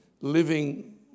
living